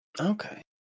okay